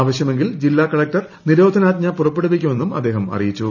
ആവശ്യമെങ്കിൽ ജില്ലാ കളക്ടർ നിരോധനാജ്ഞ പുറപ്പെടുവിക്കുമെന്നും അദ്ദേഹം അറിയിച്ചു